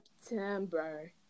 September